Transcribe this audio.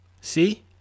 See